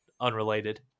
unrelated